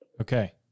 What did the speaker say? Okay